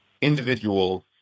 individuals